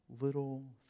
little